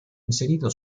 inserito